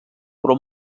però